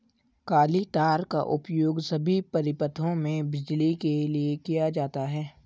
काली तार का उपयोग सभी परिपथों में बिजली के लिए किया जाता है